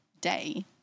day